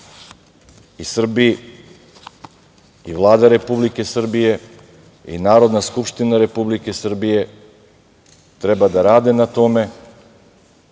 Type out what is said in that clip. i Srbi i Vlada Republike Srbije i Narodna skupština Republike Srbije treba da rade na tome